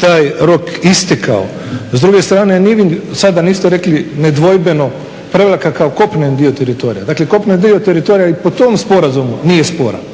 taj roko istekao. S druge strane ni vi sada niste rekli nedvojbeno Prevlaka kao kopneni dio teritorija. Dakle, kopneni dio teritorija i po tom sporazumu nije sporan.